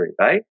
right